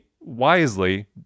wisely